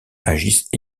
agissent